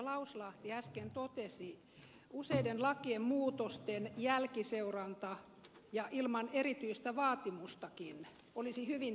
lauslahti äsken totesi useiden lakien muutosten jälkiseuranta ilman erityistä vaatimustakin olisi hyvin tärkeää